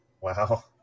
Wow